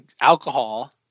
alcohol